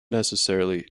necessarily